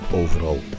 overal